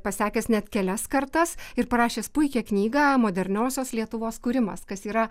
pasekęs net kelias kartas ir parašęs puikią knygą moderniosios lietuvos kūrimas kas yra